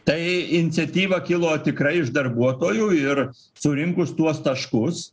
tai iniciatyva kilo tikrai iš darbuotojų ir surinkus tuos taškus